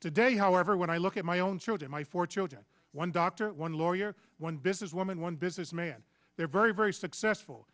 today however when i look at my own children my four children one doctor one lawyer one business woman one businessman they're very very successful